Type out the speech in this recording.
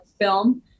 film